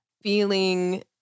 feeling